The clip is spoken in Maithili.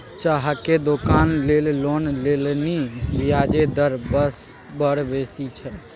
चाहक दोकान लेल लोन लेलनि ब्याजे दर बड़ बेसी छै